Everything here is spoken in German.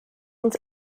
uns